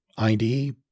ID